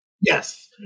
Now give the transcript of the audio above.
Yes